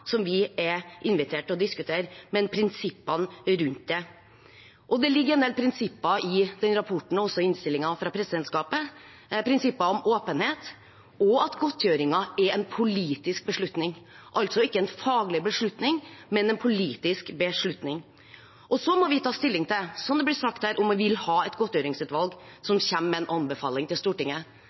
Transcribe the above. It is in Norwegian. som vi er invitert til å diskutere, men prinsippene rundt det. Det ligger en del prinsipper i den rapporten og også i innstillingen fra presidentskapet, prinsipper om åpenhet og at godtgjørelsen er en politisk beslutning – altså ikke en faglig beslutning, men en politisk beslutning. Og så må vi ta stilling til, som det blir sagt her, om man vil ha et godtgjørelsesutvalg som kommer med en anbefaling til Stortinget.